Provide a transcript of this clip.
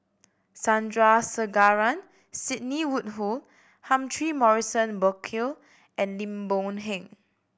Sandrasegaran Sidney Woodhull Morrison Burkill and Lim Boon Heng